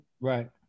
Right